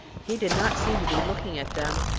he did not seem to be looking at them,